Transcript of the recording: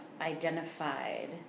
identified